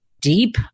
deep